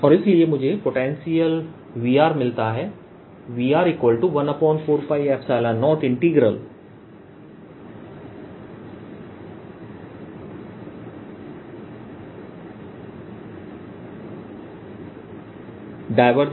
और इसलिए मुझे पोटेंशियलVr मिलता है Vr140Pr